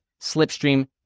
Slipstream